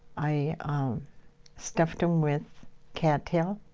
i stuffed them with cat tail,